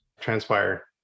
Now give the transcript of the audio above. transpire